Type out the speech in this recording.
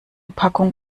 packung